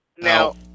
Now